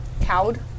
Cowed